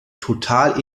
total